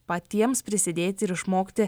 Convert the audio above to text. patiems prisidėti ir išmokti